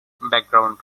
background